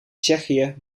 tsjechië